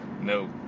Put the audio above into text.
no